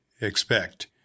expect